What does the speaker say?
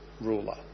ruler